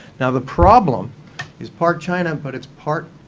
now the problem is part china, but it's part